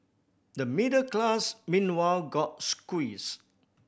the middle class meanwhile got squeezed